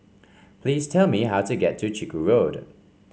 please tell me how to get to Chiku Road